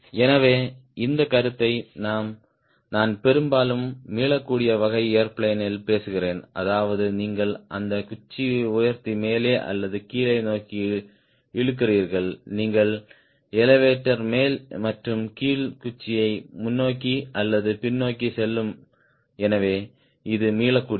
எனவே இந்த கருத்தை நான் பெரும்பாலும் மீளக்கூடிய வகை ஏர்பிளேன் ல் பேசுகிறேன் அதாவது நீங்கள் அந்த குச்சி உயர்த்தி மேலே அல்லது கீழ் நோக்கி இழுக்கிறீர்கள் நீங்கள் எலெவடோர் மேல் மற்றும் கீழ் குச்சியை முன்னோக்கி அல்லது பின்னோக்கி செல்லும் எனவே இது மீளக்கூடியது